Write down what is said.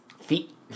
Feet